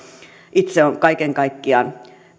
kaiken kaikkiaan